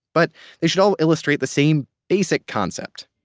but they should all illustrate the same basic concept.